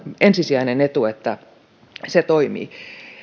ensisijainen etu että se toimii